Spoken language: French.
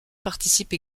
participe